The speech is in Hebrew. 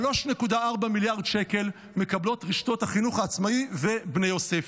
3.4 מיליארד שקל מקבלות רשתות החינוך העצמאי ו"בני יוסף".